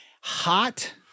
hot